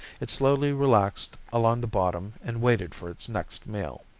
it slowly relaxed along the bottom and waited for its next meal.